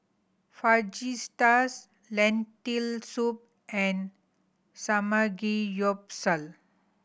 Fajitas Lentil Soup and Samgeyopsal